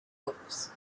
books